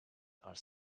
are